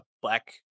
black